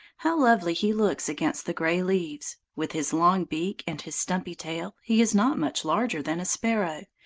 how lovely he looks against the grey leaves. with his long beak and his stumpy tail he is not much larger than a sparrow,